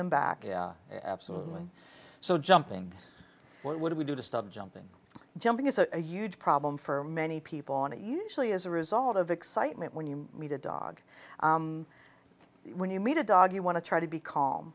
them back yeah absolutely so jumping what would we do to stop jumping jumping is a huge problem for many people usually as a result of excitement when you meet a dog when you meet a dog you want to try to be calm